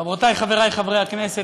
חברותי וחברי חברי הכנסת,